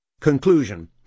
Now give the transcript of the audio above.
Conclusion